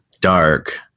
dark